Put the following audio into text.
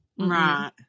Right